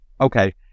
okay